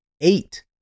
eight